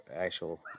actual